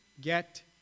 get